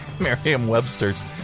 Merriam-Webster's